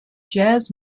jazz